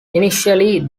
initially